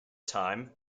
time